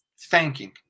thanking